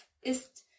ist